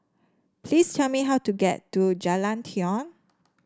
please tell me how to get to Jalan Tiong